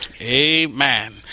Amen